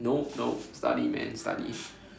nope nope study man study